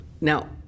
Now